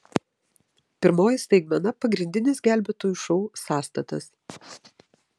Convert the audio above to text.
pirmoji staigmena pagrindinis gelbėtojų šou sąstatas